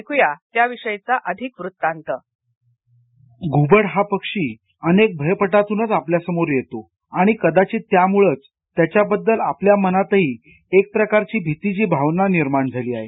ऐकू या त्याविषयीचा अधिक वृत्तांत घुबड हा पक्षी अनेक भयपटातूनच आपल्यासमोर येतो आणि कदाचित त्यामुळंच त्याच्याबद्दल आपल्या मनातही एक प्रकारची भीतीची भावना तयार झाली आहे